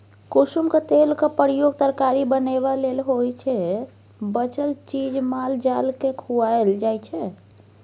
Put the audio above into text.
कुसुमक तेलक प्रयोग तरकारी बनेबा लेल होइ छै बचल चीज माल जालकेँ खुआएल जाइ छै